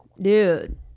dude